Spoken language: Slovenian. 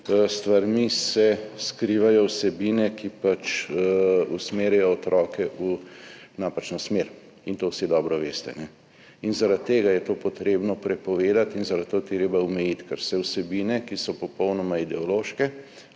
stvarmi se skrivajo vsebine, ki usmerjajo otroke v napačno smer, in to vsi dobro veste. Zaradi tega je to potrebno prepovedati in zaradi tega je treba omejiti, ker se vsebine, ki so popolnoma ideološke